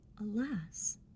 Alas